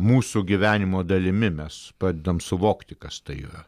mūsų gyvenimo dalimi mes pradedam suvokti kas tai yra